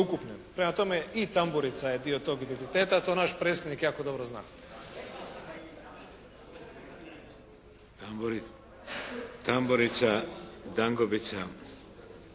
Prema tome, i tamburica je dio tog identiteta. To naš predsjednik jako dobro zna. **Šeks, Vladimir